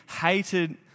hated